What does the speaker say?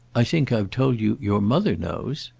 i think i've told you your mother knows.